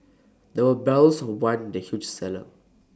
there were barrels of wine the huge cellar